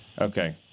Okay